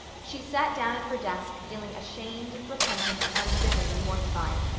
she sat down at her desk feeling ashamed, repentant, and bitterly mortified.